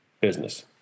business